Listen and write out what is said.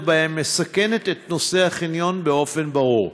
בהם מסכנת את נוסעי החניון באופן ברור,